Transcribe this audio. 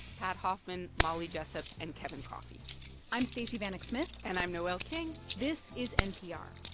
pat hoffman, molly jessup and kevin coffee i'm stacey vanek smith and i'm noel king this is npr.